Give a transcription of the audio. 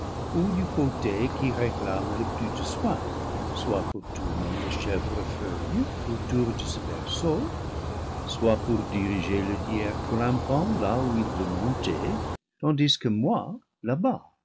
ou du côté qui réclame le plus de soin soit pour tourner le chèvre feuille autour de ce berceau soit pour diriger le lierre grim pant là où il veut monter tandis que moi là-bas